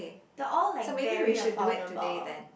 the all like very affordable